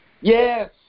Yes